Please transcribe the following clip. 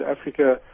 Africa